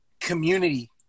community